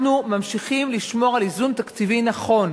אנחנו ממשיכים לשמור על איזון תקציבי נכון.